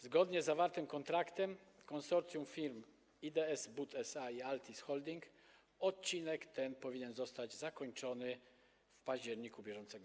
Zgodnie z zawartym kontraktem z konsorcjum firm IDS-BUD SA i Altis Holding odcinek ten powinien zostać zakończony w październiku br.